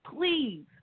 please